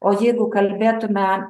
o jeigu kalbėtume